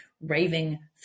raving